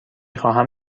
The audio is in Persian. خواهم